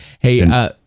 Hey